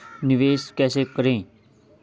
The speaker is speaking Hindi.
निवेश कैसे करें?